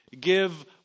give